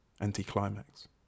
anti-climax